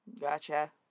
Gotcha